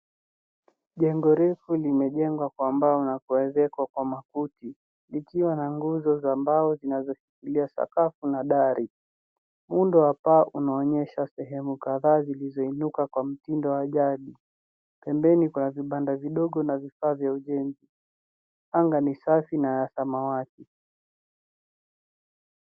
Jengo refu limejengwa kwa mbao na kuezekwa kwa makuti likiwa na nguzo za mbao zinazoshikilia sakafu na dari. Muundo wa paa unaonyesha sehemu kadhaa zilizoinuka kwa mtindo wa jadi. Pembeni kuna vibanda vidogo na vifaa vya ujenzi. Anga ni safi na samawati.